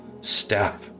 step